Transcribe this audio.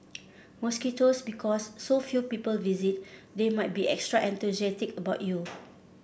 mosquitoes because so few people visit they might be extra enthusiastic about you